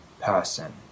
person